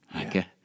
Okay